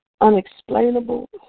Unexplainable